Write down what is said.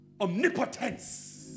omnipotence